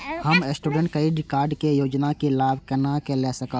हम student credit card के योजना के लाभ केना लय सकब?